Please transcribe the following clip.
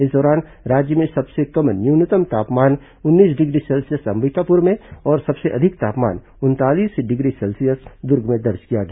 इस दौरान राज्य में सबसे कम न्यूनतम तापमान उन्नीस डिग्री सेल्सियस अंबिकापुर में और सबसे अधिक तापमान उनतालीस डिग्री सेल्सियस दुर्ग में दर्ज किया गया